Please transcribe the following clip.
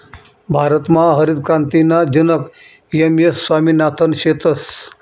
भारतमा हरितक्रांतीना जनक एम.एस स्वामिनाथन शेतस